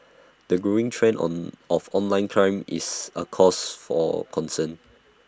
the growing trend on of online crime is A cause for concern